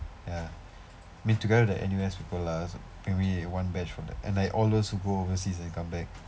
ya I mean together with the N_U_S people lah that's maybe one batch from that and like all those who go overseas and come back